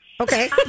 Okay